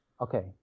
Okay